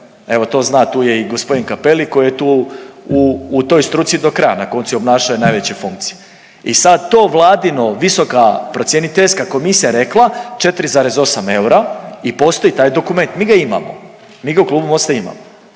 Evo to zna tu je i gospodin Cappelli koji je tu u toj struci do kraja na koncu i obnašao je najveće funkcije. I sad to vladino visoka procjeniteljska komisija je rekla 4,8 eura i postoji taj dokument. Mi ga imamo. Mi ga u Klubu MOST-a imamo.